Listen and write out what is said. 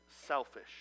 selfish